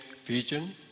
vision